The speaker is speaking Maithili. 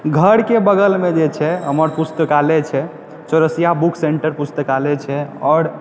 घरके बगलमे जे छै हमर पुस्तकालय छै चौरसिया बुक सेन्टर पुस्तकालय छै आओर